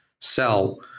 sell